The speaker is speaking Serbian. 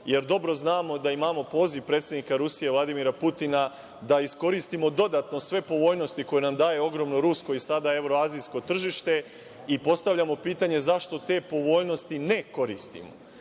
Jer, dobro znamo da imamo poziv predsednika Rusije Vladimira Putina da iskoristimo dodatno sve povoljnosti koje nam daje ogromno rusko i sada evroazijsko tržište. Postavljamo pitanje - zašto te povoljnosti ne koristimo?